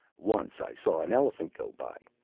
once i saw an elephant go by.